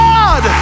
God